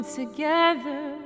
together